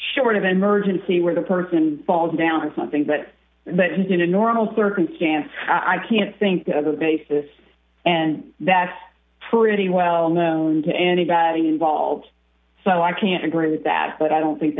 short of emergency where the person falls down or something but that in a normal circumstance i can't think of a basis and that's pretty well known to anybody involved so i can't agree with that but i don't think